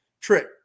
trick